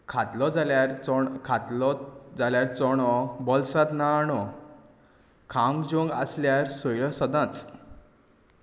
खातलो जाल्यार खातलो जाल्यार चोणो बोल्सांत ना आणो खावंक जेवंक आसल्यार सोयरो सदांच